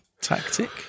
tactic